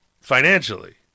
financially